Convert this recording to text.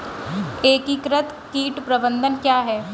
एकीकृत कीट प्रबंधन क्या है?